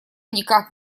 никак